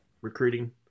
recruiting –